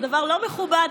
זה דבר לא מכובד?